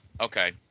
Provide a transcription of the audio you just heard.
okay